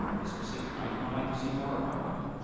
the specific item. i'd like to see more about that.